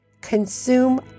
consume